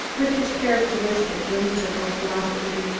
with his characteristic, whimsical philosophy.